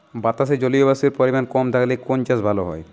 বাতাসে জলীয়বাষ্পের পরিমাণ কম থাকলে কোন চাষ ভালো হয়?